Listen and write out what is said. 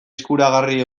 eskuragarri